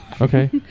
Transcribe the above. Okay